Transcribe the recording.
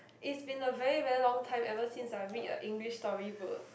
it's been a very very long time ever since I read a English story book